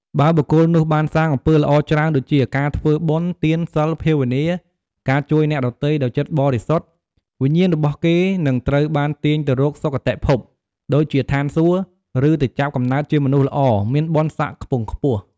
បើបុគ្គលនោះបានសាងអំពើល្អច្រើនដូចជា ការធ្វើបុណ្យ ទាន សីល ភាវនា ការជួយអ្នកដទៃដោយចិត្តបរិសុទ្ធ វិញ្ញាណរបស់គេនឹងត្រូវបានទាញទៅរក សុគតិភព ដូចជាឋានសួគ៌ ឬទៅចាប់កំណើតជាមនុស្សល្អ មានបុណ្យស័ក្តិខ្ពង់ខ្ពស់។